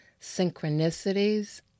synchronicities